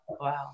Wow